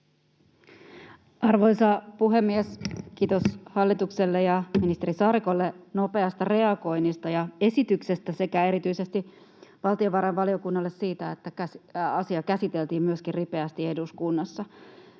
Arvoisa puhemies! Kiitos hallitukselle ja ministeri Saarikolle nopeasta reagoinnista ja esityksestä sekä erityisesti valtiovarainvaliokunnalle siitä, että asia käsiteltiin myöskin ripeästi eduskunnassa.